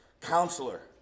counselor